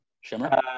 Shimmer